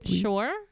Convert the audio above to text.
Sure